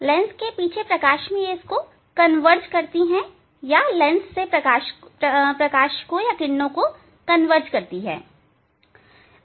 lens के पीछे प्रकाश कनवर्ज को करती हैं या लेंस से प्रकाश को कनवर्ज करती हैं